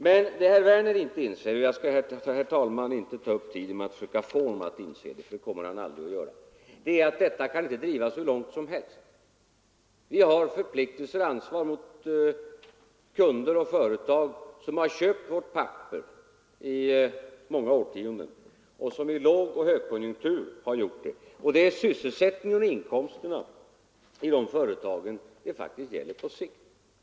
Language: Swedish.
Men det herr Werner inte förstår — och jag skall, herr talman, inte ta upp tiden med att försöka få honom att inse det, för det kommer han aldrig att göra — är att detta inte kan drivas hur långt som helst. Vi har förpliktelser och ansvar mot kunder och företag som har köpt vårt papper i många årtionden — och i lågoch högkonjunktur. Det är sysselsättningen och inkomsterna i de företagen och i våra inhemska företag det faktiskt gäller på sikt.